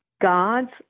god's